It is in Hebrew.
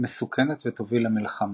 מסוכנת ותוביל למלחמה.